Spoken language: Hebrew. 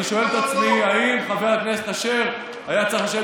אני שואל את עצמי האם חבר הכנסת אשר היה צריך לשבת